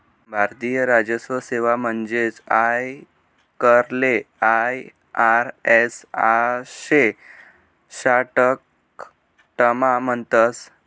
भारतीय राजस्व सेवा म्हणजेच आयकरले आय.आर.एस आशे शाटकटमा म्हणतस